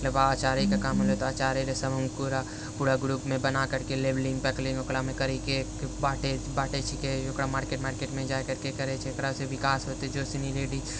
अचारेके काम होलौ तऽ अचारेके समूहमे पूरा ग्रुपमे बनाकरके लेबलिंग पैकलिंग ओकरामे करिके बाँटै छिकै ओकरा मार्केट मार्केटमे जाकरके करै छै ओकरा से विकास होतै जोसुनी लेडीज़